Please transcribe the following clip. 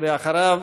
ואחריו,